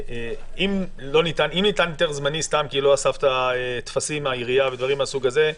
אם ניתן היתר זמני סתם כי לא אספת טפסים מהעירייה ודברים מהסוג הזה,